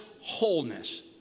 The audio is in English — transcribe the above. Wholeness